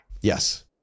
Yes